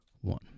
one